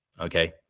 Okay